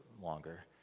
longer